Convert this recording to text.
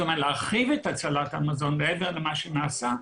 להרחיב את הצלת המזון מעבר למה שנעשה,